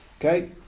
Okay